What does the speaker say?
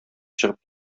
чыгып